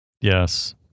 Yes